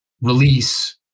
release